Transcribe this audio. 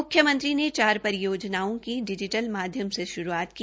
म्ख्यमंत्री ने चार परियोजनाओं की डिजीटल माध्यम से शुरूआत की